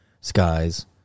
Skies